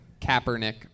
Kaepernick